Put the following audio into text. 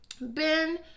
Ben